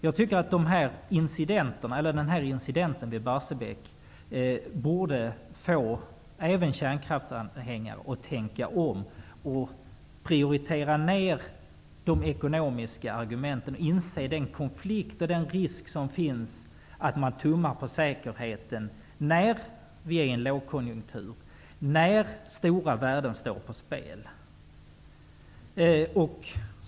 Jag tycker att incidenten vid Barsebäck borde få även kärnkraftsanhängare att tänka om och prioritera ner de ekonomiska argumenten, inse den konflikt och den risk som finns att man tummar på säkerheten i en lågkonjunktur och när stora värden står på spel.